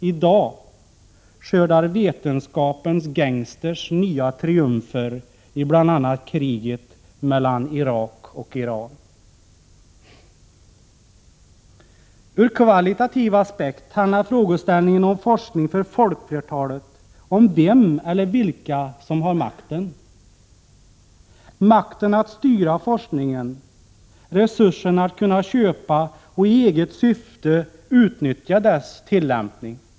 I dag skördar vetenskapens gangstrar nya rön i bl.a. kriget mellan Irak och Iran. Ur kvalitativ aspekt handlar frågeställningen om forskning för folkflertalet om vem eller vilka som har makten — makten att styra forskningen, resurserna att kunna köpa och i eget syfte utnyttja dess tillämpning.